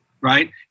Right